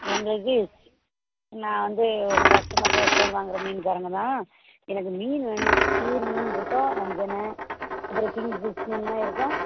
எங்களுக்கு நான் வந்து உங்கள் கஸ்டமர் தான் எப்போதும் வாங்கிற மீன்காரங்க தான் எனக்கு மீன் வேணும் சீர் மீன் இருக்கா வஞ்சர அப்புறம் கிங் ஃபிஷ் மீனெலாம் இருக்கா